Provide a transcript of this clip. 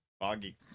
Foggy